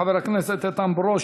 חבר הכנסת איתן ברושי,